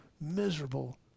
miserable